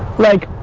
like,